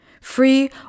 Free